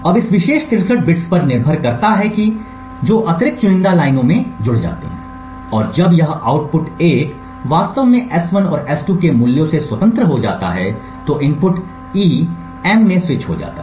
अब इस विशेष 63 बिट्स पर निर्भर करता है जो अतिरिक्त चुनिंदा लाइनों में जुड़ जाती है और जब यह आउटपुट 1 वास्तव में S1 और S2 के मूल्यों से स्वतंत्र हो जाता है तो इनपुट E M में स्विच हो जाता है